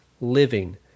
living